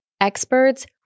experts